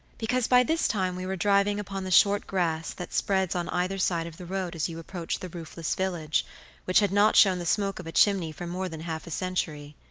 because by this time we were driving upon the short grass that spreads on either side of the road as you approach the roofless village which had not shown the smoke of a chimney for more than half a century.